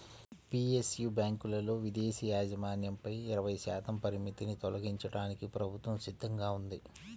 PSU బ్యాంకులలో విదేశీ యాజమాన్యంపై ఇరవై శాతం పరిమితిని తొలగించడానికి ప్రభుత్వం సిద్ధంగా ఉంది